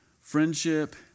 friendship